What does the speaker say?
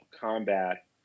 combat